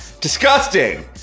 disgusting